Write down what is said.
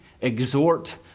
exhort